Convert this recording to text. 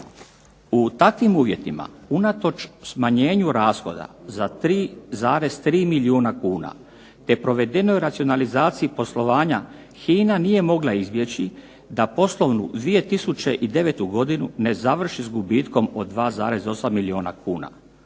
U takvim uvjetima unatoč smanjenju rashoda za 3,3, milijuna kuna, te provedenoj racionalizaciji poslovanja HINA nije mogla izbjeći da poslovnu 2009. godinu ne završi s gubitkom od 2,8 milijuna kuna.